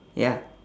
ya